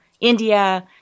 India